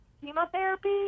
chemotherapy